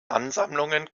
ansammlungen